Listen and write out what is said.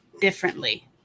differently